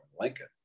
Lincoln